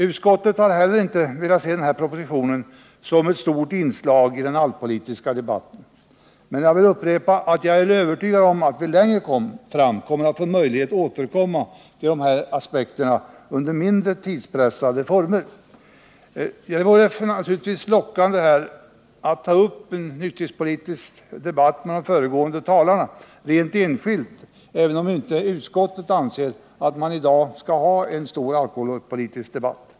Utskottet har inte heller velat se denna proposition som ett stort inslag i den alkoholpolitiska debatten, men jag vill upprepa att jag är övertygad om att vi längre fram kommer att få möjlighet att återkomma till dessa aspekter under mindre tidspressade former. Det vore naturligtvis lockande att här ta upp en nykterhetspolitisk debatt med de föregående talarna helt enskilt, även om utskottet inte anser att vi i dag skall ha en stor alkoholpolitisk debatt.